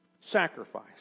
sacrifice